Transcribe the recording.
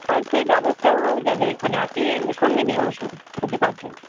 হ্যাঁ সেই ব্যবস্থাও হয়ে যাবে এখানে আপনি সঙ্গে নিয়ে আসুন যদি থাকে